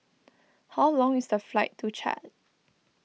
how long is the flight to Chad